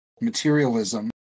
materialism